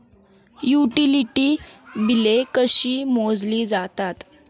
Utility बिले कशी मोजली जातात?